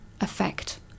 effect